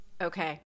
Okay